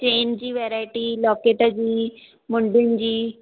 chain जी variety locket जी मुंडियुनि जी